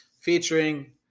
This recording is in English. featuring